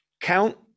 count